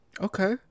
Okay